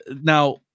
now